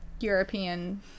european